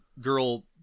girl